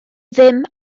ddim